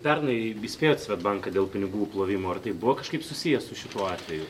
pernai įspėjot svedbanką dėl pinigų plovimo ar tai buvo kažkaip susiję su šituo atveju